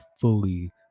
fully